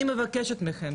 אני מבקשת מכם,